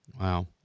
Wow